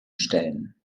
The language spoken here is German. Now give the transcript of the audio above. stellen